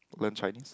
learn Chinese